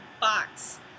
box